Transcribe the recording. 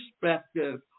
perspective